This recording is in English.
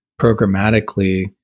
programmatically